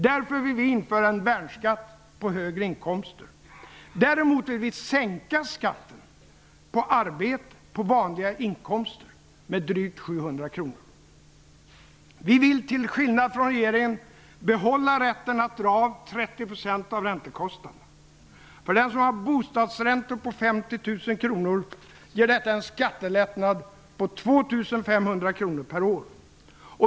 Därför vill vi införa en värnskatt på höga inkomster. Däremot vill vi sänka skatten på arbete, på vanliga inkomster, med drygt 700 kr. Vi vill, till skillnad från regeringen, behålla rätten att dra av 30 % av räntekostnaderna. För den som har bostadsräntor på 50 000 kr ger detta en skattelättnad på 2 500 kr per år.